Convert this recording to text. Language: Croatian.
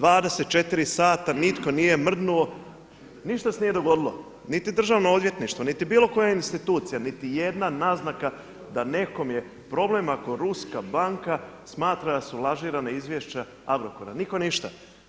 24 sata nitko nije mrdnuo, ništa se nije dogodilo, niti državno odvjetništvo, niti bilo koja institucija, niti jedna naznaka da nekom je problem ako ruska banka smatra da lažirana izvješća Agrokora, nitko ništa.